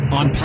on